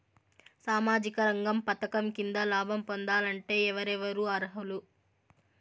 సామాజిక రంగ పథకం కింద లాభం పొందాలంటే ఎవరెవరు అర్హులు?